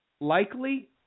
Likely